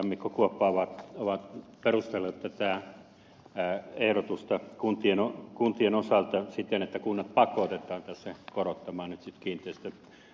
mikko kuoppa ovat perustelleet tätä ehdotusta kuntien osalta että kunnat pakotetaan tässä korottamaan kiinteistöveroja